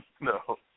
no